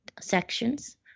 sections